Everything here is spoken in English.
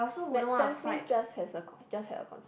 Sa~ Sam-Smith just has a just had a concert